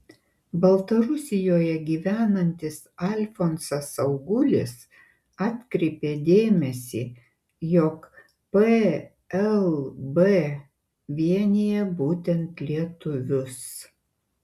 baltarusijoje gyvenantis alfonsas augulis atkreipė dėmesį jog plb vienija būtent lietuvius